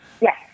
Yes